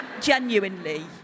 Genuinely